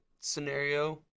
scenario